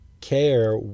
care